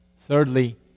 Thirdly